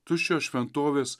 tuščios šventovės